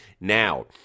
Now